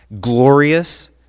glorious